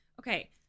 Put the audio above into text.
okay